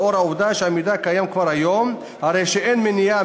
לאור העובדה שהמידע קיים כבר היום הרי אין מניעה